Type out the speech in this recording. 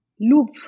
loop